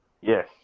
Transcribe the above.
Yes